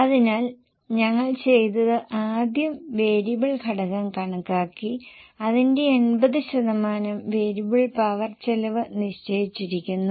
അതിനാൽ ഞങ്ങൾ ചെയ്തത് ആദ്യം വേരിയബിൾ ഘടകം കണക്കാക്കി അതിന്റെ 80 ശതമാനം വേരിയബിൾ പവർ ചെലവ് നിശ്ചയിച്ചിരിക്കുന്നു